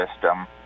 system